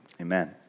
amen